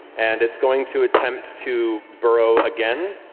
and it's going to attempt to burrow again.